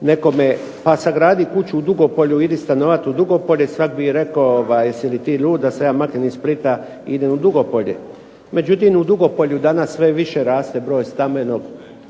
nekome, pa sagradi kuću u Dugopolju, idi stanovati u Dugopolje, svako bi rekao jesi li ti lud da se ja maknem iz Splita i idem u Dugopolje. Međutim u Dugopolju danas sve više raste broj